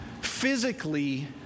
physically